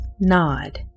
nod